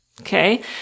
Okay